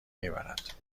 میبرد